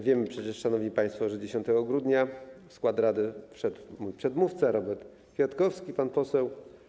Wiemy przecież, szanowni państwo, że 10 grudnia w skład rady wszedł mój przedmówca, Robert Kwiatkowski, pan poseł.